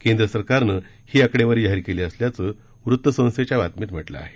केंद्रसरकारने ही आकडेवारी जाहीर केली असल्याचं वृत्तसंस्थेच्या बातमीत म्हटलं आहे